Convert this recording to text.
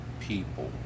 people